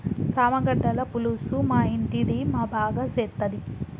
చామగడ్డల పులుసు మా ఇంటిది మా బాగా సేత్తది